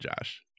josh